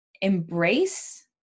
embrace